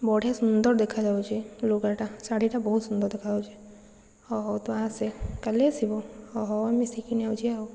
ବଢ଼ିଆ ସୁନ୍ଦର ଦେଖାଯାଉଛି ଲୁଗାଟା ଶାଢ଼ୀଟା ବହୁତ ସୁନ୍ଦର ଦେଖାଯାଉଛି ହେଉ ହେଉ ତୁ ଆସେ କାଲି ଆସିବୁ ହେଉ ହେଉ ମିଶିକି କିଣିବାକୁ ଯିବା ଆଉ